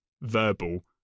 verbal